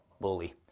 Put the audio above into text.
bully